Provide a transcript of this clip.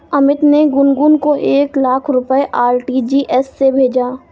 अमित ने गुनगुन को एक लाख रुपए आर.टी.जी.एस से भेजा